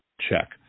check